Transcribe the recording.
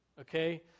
Okay